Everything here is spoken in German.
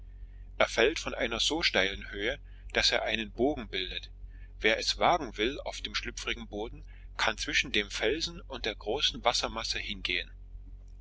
er fällt von einer so steilen höhe daß er einen bogen bildet wer es wagen will auf dem schlüpfrigen boden kann zwischen dem felsen und der großen wassermasse hingehen